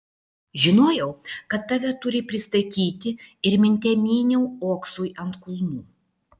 žinojau kad tave turi pristatyti ir minte myniau oksui ant kulnų